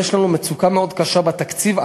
יש לנו מצוקה מאוד קשה בתקציב,